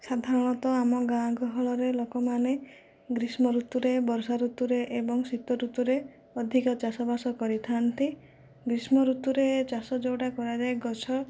ସାଧାରଣତଃ ଆମ ଗାଁ ଗହଳରେ ଲୋକମାନେ ଗ୍ରୀଷ୍ମ ଋତୁରେ ବର୍ଷା ଋତୁରେ ଏବଂ ଶୀତ ଋତୁରେ ଅଧିକା ଚାଷବାସ କରିଥାନ୍ତି ଗ୍ରୀଷ୍ମ ଋତୁରେ ଚାଷ ଯେଉଁଟା କରାଯାଏ ଗଛ